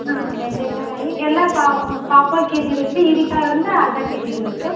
ಹಾಂ ಬೆಂಡೆಕಾಯಿ ಎಲ್ಲ ಪಾವ್ ಪಾಪೊಲ್ ಕೆ ಜಿ ಬೇಕು ರೀ ಹೀರೆಕಾಯಿ ಒಂದು ಅರ್ಧ ಕೆ ಜಿ ಬೇಕು